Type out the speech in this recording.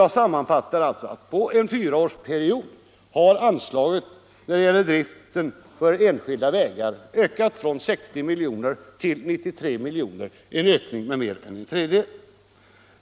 Jag sammanfattar: På en fyraårsperiod har anslaget Bidrag till drift av enskilda vägar m.m. ökat från 60 till 93 milj.kr., en ökning med mer än 50 46.